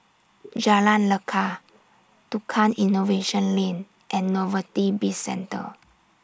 Jalan Lekar Tukang Innovation Lane and Novelty Bizcentre